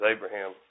Abraham